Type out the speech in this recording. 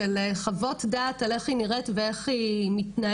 של חוות דעת על איך היא נראית ואיך היא מתנהלת